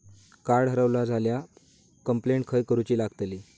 Card हरवला झाल्या complaint खय करूची लागतली?